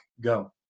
Go